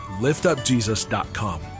liftupjesus.com